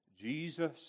Jesus